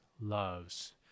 loves